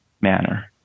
manner